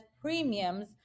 premiums